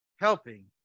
helping